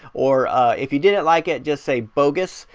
or if you didn't like it, just say bogus,